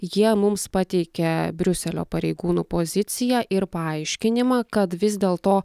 jie mums pateikė briuselio pareigūnų poziciją ir paaiškinimą kad vis dėl to